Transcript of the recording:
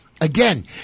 again